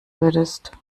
würdest